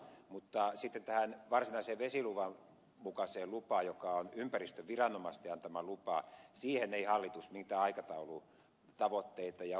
mutta sitten tähän varsinaiseen vesiluvan mukaiseen lu paan joka on ympäristöviranomaisten antama lupa siihen ei hallitus mitään aikataulutavoitteita ja ohjeita anna